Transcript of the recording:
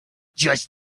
just